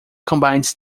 combines